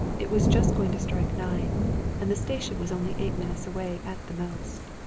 it was just going to strike nine and the station was only eight minutes away at the most.